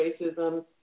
racism